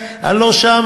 אני לא שם,